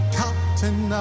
captain